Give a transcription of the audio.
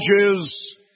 challenges